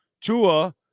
Tua